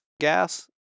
gas